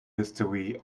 history